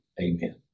amen